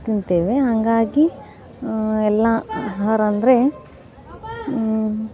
ತಿಂತೇವೆ ಹಂಗಾಗಿ ಎಲ್ಲ ಆಹಾರ ಅಂದರೆ